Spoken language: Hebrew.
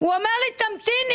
הוא אמר לי תמתיני.